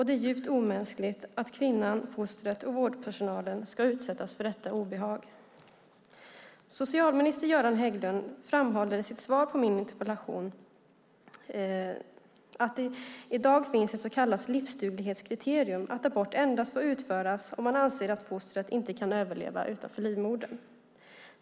Det är djupt omänskligt att kvinnan, fostret och vårdpersonalen ska utsättas för detta obehag. Socialminister Göran Hägglund framhåller i sitt svar på min interpellation att det i dag finns ett så kallat livsduglighetskriterium, att abort endast får utföras om man anser att fostret inte kan överleva utanför livmodern.